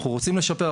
אנחנו רוצים לשפר,